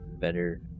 better